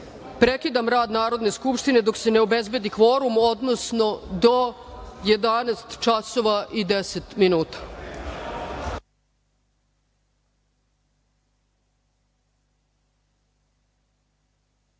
prekidam rad Narodne skupštine, dok se ne obezbedi kvorum, odnosno do 11